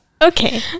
Okay